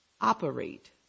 operate